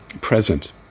present